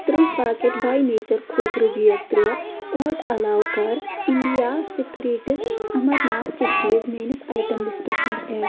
ترٕٛہ packet by nature کھوٗپرٕ bag ترٛےٚ اوٹ علاوٕ کَر اِنٛڈیا سیٖکرِٹس امرناتھ چِکیٖز میٲنِس آیٹم لسٹَس منٛز ایڈ